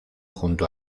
junto